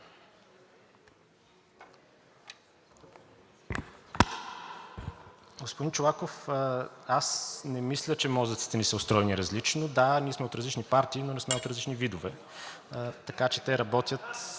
Господин Чолаков, аз не мисля, че мозъците ни са устроени различно. Да, ние сме от различни партии, но не сме от различни видове. Така че те работят